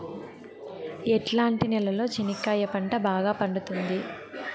ఎట్లాంటి నేలలో చెనక్కాయ పంట బాగా పండుతుంది?